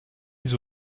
mis